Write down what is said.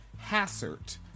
Hassert